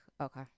Okay